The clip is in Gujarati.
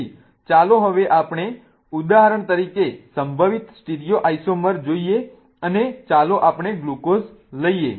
તેથી ચાલો હવે આપણે ઉદાહરણ તરીકે સંભવિત સ્ટીરિયોઆઈસોમર જોઈએ અને ચાલો આપણે ગ્લુકોઝ લઈએ